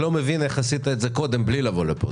מבין איך עשית את זה קודם בלי לבוא לפה.